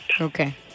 Okay